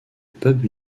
pub